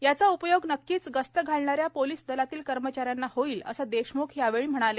याचा उपयोग नक्कीच गस्त घालणाऱ्या पोलीस दलातील कर्मचाऱ्यांना होईल असे देशम्ख यावेळी म्हणाले